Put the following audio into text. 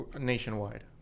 nationwide